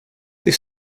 they